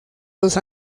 dos